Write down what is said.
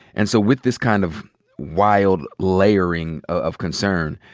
and so with this kind of wild laying of concern,